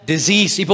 Disease